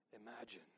imagine